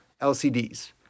LCDs